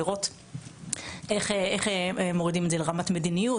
לראות איך מורידים את זה לרמת מדיניות,